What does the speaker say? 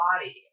body